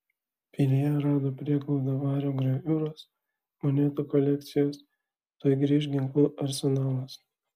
pilyje rado prieglaudą vario graviūros monetų kolekcijos tuoj grįš ginklų arsenalas